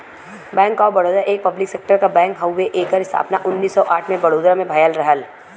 bank of Baroda एक public sector क bank हउवे एकर स्थापना उन्नीस सौ आठ में बड़ोदरा में भयल रहल